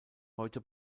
heute